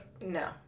No